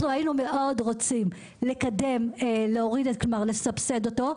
אנחנו היינו מאוד רוצים לקדם ולסבסד אותו,